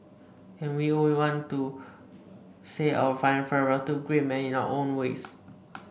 and we all want to say our final farewell to a great man in our own ways